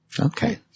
Okay